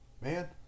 Man